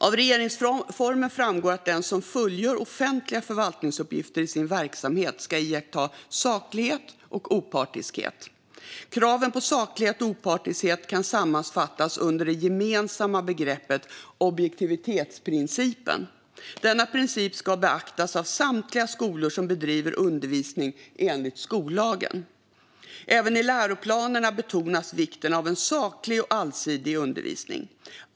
Av regeringsformen framgår att den som fullgör offentliga förvaltningsuppgifter i sin verksamhet ska iaktta saklighet och opartiskhet. Kraven på saklighet och opartiskhet kan sammanfattas under det gemensamma begreppet objektivitetsprincipen. Denna princip ska beaktas av samtliga skolor som bedriver undervisning enligt skollagen. Även i läroplanerna betonas vikten av en saklig och allsidig undervisning.